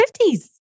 50s